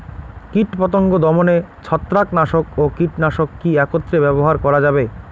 কীটপতঙ্গ দমনে ছত্রাকনাশক ও কীটনাশক কী একত্রে ব্যবহার করা যাবে?